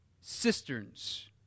cisterns